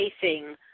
facing